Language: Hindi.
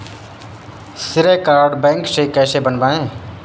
श्रेय कार्ड बैंक से कैसे बनवाएं?